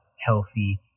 healthy